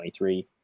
23